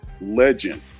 Legend